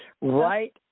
Right